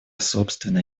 собственное